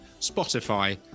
Spotify